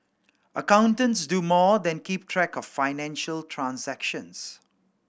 accountants do more than keep track of financial transactions